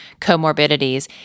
comorbidities